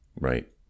Right